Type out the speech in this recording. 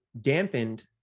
dampened